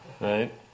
Right